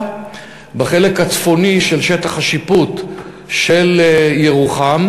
בחלק הצפוני של שטח השיפוט של ירוחם,